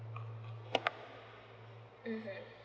mmhmm